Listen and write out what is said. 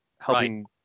helping